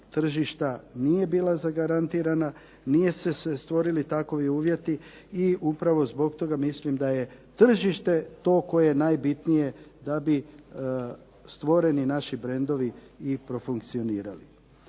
tržišta nije bila zagarantirana, nisu se stvorili takovi uvjeti i upravo zbog toga mislim da je tržište to koje je najbitnije da bi stvoreni naši brendovi i profunkcionirali.